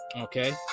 okay